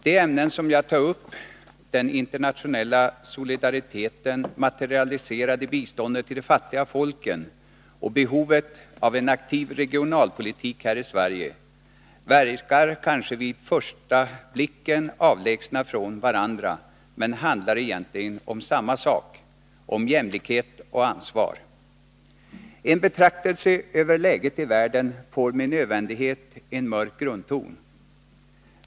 De ämnen som jag tar upp, den internationella solidariteten, materialiserad i biståndet till de fattiga folken, och behovet av en aktiv regionalpolitik här i Sverige, verkar kanske vid en första anblick avlägsna från varandra men handlar egentligen om samma sak: om jämlikhet och ansvar. En betraktelse över läget i världen får med nödvändighet en mörk grundton.